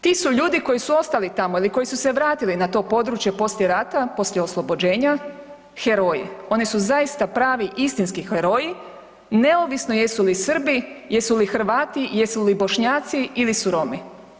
Ti su ljudi koji su ostali tamo ili koji su se vratili na to područje poslije rata, poslije oslobođenja heroji, oni su zaista pravi istinski heroji neovisno jesu li Srbi, jelu si Hrvati, jesu li Bošnjaci ili su Romi.